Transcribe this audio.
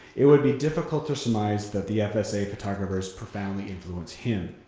it would be difficult to surmise that the fsa photographers profoundly influenced him.